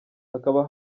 hakaba